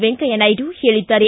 ವೆಂಕಯ್ಕ ನಾಯ್ಡು ಹೇಳಿದ್ದಾರೆ